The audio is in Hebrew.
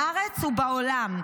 בארץ ובעולם.